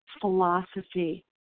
philosophy